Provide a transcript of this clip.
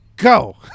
go